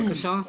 בבקשה.